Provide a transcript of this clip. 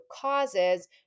causes